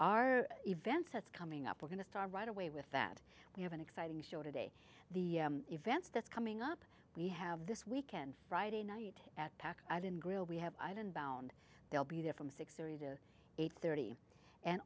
our events that's coming up we're going to start right away with that we have an exciting show today the events that's coming up we have this weekend friday night at pac i didn't grill we have i've been bound they'll be there from six thirty to eight thirty and